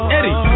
Eddie